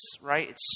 right